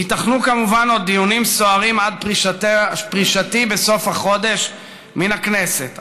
ייתכנו כמובן עוד דיונים סוערים עד פרישתי בסוף החודש מן הכנסת,